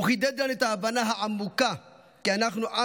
הוא חידד גם את ההבנה העמוקה כי אנחנו עם